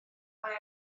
mae